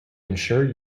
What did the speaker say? ensure